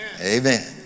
Amen